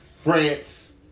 France